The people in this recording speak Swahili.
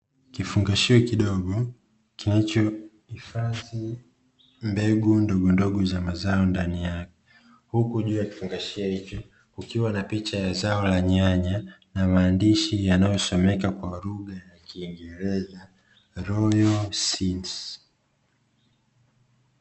Kifungashio kidogo kinachohifadhi mbegu ndogondogo za mazao ndani yake, huku juu ya kifungashio hicho kukiwa na picha ya zao la nyanya na maandishi yanayosomeka kwa lugha ya kiingereza "royal seed".